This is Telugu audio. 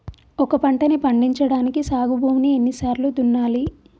ఒక పంటని పండించడానికి సాగు భూమిని ఎన్ని సార్లు దున్నాలి?